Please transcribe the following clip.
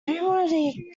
everybody